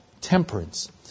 temperance